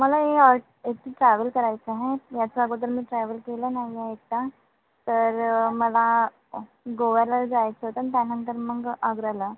मला हे ट्रॅव्हल करायचं आहे ह्याच्या अगोदर मी ट्रॅव्हल केलं नाही आहे एकटा तर मला गोव्याला जायचं होतं आणि त्यानंतर मग आग्र्याला